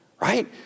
right